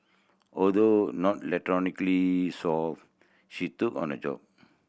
although not electronically solve she took on the job